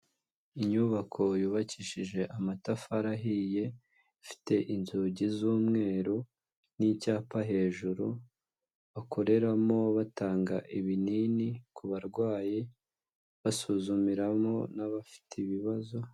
Inyubako yubakishije amatafari ahiye, ifite inzugi z'umweru n'icyapa hejuru, bakoreramo batanga ibinini ku barwayi, basuzumiramo n'abafite ibibazo